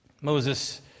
Moses